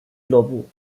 俱乐部